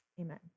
Amen